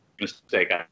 mistake